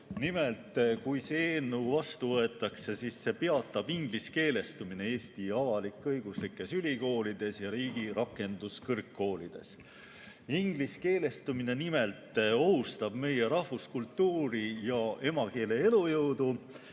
et kui see eelnõu vastu võetakse, siis peatub ingliskeelestumine Eesti avalik-õiguslikes ülikoolides ja riigi rakenduskõrgkoolides. Ingliskeelestumine nimelt ohustab meie rahvuskultuuri ja emakeele elujõudu,